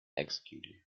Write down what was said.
executed